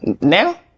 Now